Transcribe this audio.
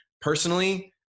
Personally